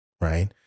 right